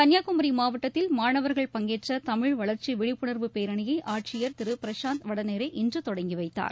கள்ளியாகுமரி மாவட்டத்தில் மாணவர்கள் பங்கேற்ற தமிழ் வளர்ச்சி விழிப்புணர்வு பேரணியை ஆட்சியர் திரு பிரசாந்த் வடநேரே இன்று தொடங்கி வைத்தார்